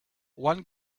one